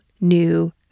new